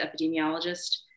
epidemiologist